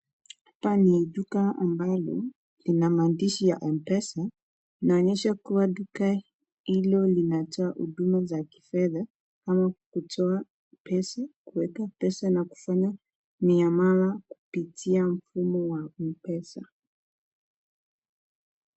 Hapa ni duka ambalo lina maandishi ya Mpesa. Inaonyesha kuwa duka hilo linatoa huduma za kifedha au kutoa pesa, kuweka pesa na kufanya miamala kupitia mfumo wa Mpesa.